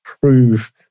prove